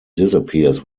disappears